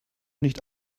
nicht